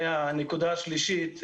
והנקודה השלישית,